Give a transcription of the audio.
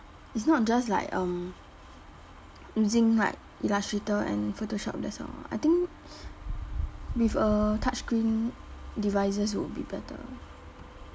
it's not just like um using like illustrator and photoshop that's all I think with a touchscreen devices would be better